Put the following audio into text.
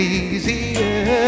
easier